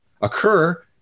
occur